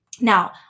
Now